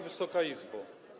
Wysoka Izbo!